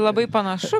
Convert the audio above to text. labai panašu